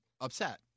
upset